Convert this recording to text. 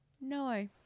No